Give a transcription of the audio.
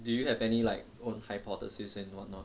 do you have any like own hypothesis and what not